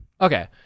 Okay